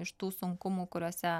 iš tų sunkumų kuriuose